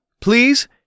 please